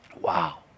Wow